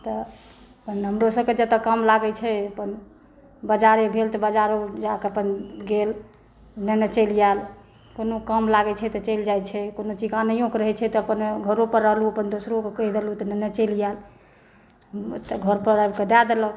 तऽ अपन हमरोसबकेँ जतय काम लागै छै अपन बजारे गेल तऽ बजारो जाकऽ अपन गेल नेने चलि आयल कोनो काम लागै छै तऽ चलि जाइ छै कोनो चीज आनैयो के रहै छै तऽ अपन घरो पर रहलहुॅं अपन दोसरो के कही देलहुॅं तऽ नेने चलि आयल एतय घर पर आबि कऽ दए देलक